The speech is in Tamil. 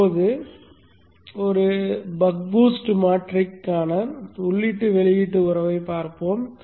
இப்போது ஒரு பக் பூஸ்ட் மாற்றிக்கான உள்ளீட்டு வெளியீட்டு உறவைப் பார்ப்போம்